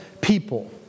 people